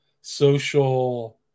social